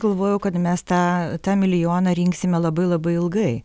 galvojau kad mes tą tą milijoną rinksime labai labai ilgai